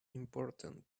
important